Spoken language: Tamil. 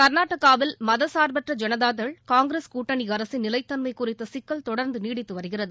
கா்நாடகாவில் மதசாா்பற்ற ஜனதாதள் காங்கிரஸ் கூட்டணி அரசின் நிலைத்தன்மை குறித்த சிக்கல் தொடர்ந்து நீடித்து வருகிறது